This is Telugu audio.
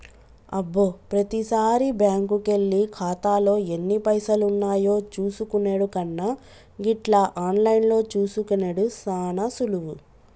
అబ్బో ప్రతిసారి బ్యాంకుకెళ్లి ఖాతాలో ఎన్ని పైసలున్నాయో చూసుకునెడు కన్నా గిట్ల ఆన్లైన్లో చూసుకునెడు సాన సులువు